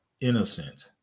innocent